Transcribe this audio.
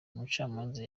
umucamanza